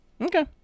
Okay